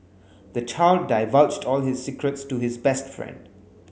the child divulged all his secrets to his best friend